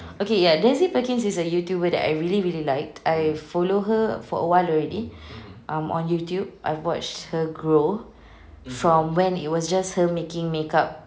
okay ya desi perkins is a youtuber that I really really like I follow her for a while already um on youtube I've watched her grow from when it was just her making makeup